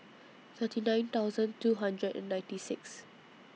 thirty nine thousand two hundred and ninety six